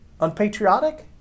Unpatriotic